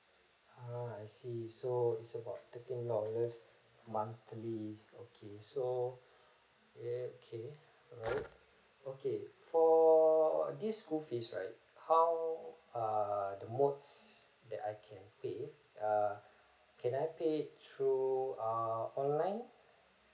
ah I see so it's about thirteen dollars monthly okay so okay alright okay for this school fees right how err the most that I can pay err can I pay through err online